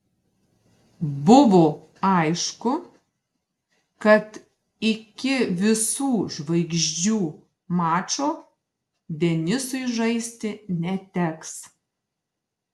buvo aišku kad iki visų žvaigždžių mačo denisui žaisti neteks